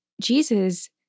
Jesus